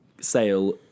Sale